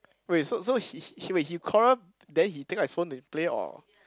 wait so so he he wait he quarrel then he take out his phone to play or